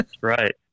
Right